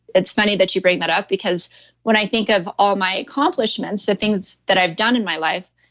it's funny that you bring that up because when i think of all my accomplishments, the things that i've done in my life,